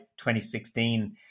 2016